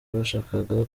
bashakaga